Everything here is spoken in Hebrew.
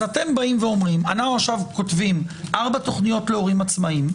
אז אתם אומרים: אנחנו עכשיו כותבים ארבע תוכניות להורים עצמאיים,